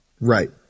Right